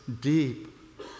deep